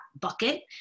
bucket